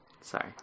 Sorry